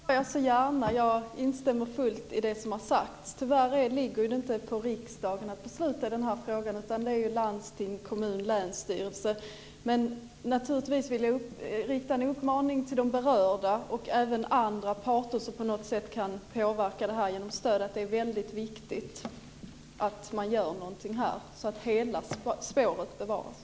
Fru talman! Det gör jag så gärna. Jag instämmer fullt i det som har sagts. Tyvärr ligger det inte på riksdagen att besluta i den här frågan, utan det är landsting, kommun och länsstyrelse. Men naturligtvis vill jag rikta en uppmaning till de berörda, och även till andra parter som på något sätt kan påverka detta genom stöd. Det är väldigt viktigt att man gör någonting här så att hela spåret bevaras.